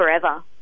forever